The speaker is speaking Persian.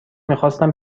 میخواستم